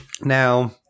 Now